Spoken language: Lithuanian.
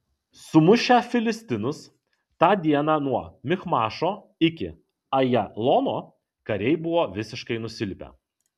sumušę filistinus tą dieną nuo michmašo iki ajalono kariai buvo visiškai nusilpę